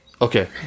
Okay